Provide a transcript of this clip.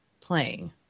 playing